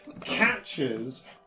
catches